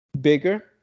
bigger